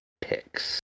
picks